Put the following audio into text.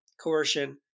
coercion